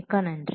மிக்க நன்றி